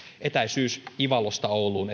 etäisyys esimerkiksi ivalosta ouluun